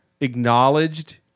acknowledged